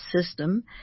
system